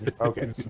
Okay